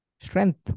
Strength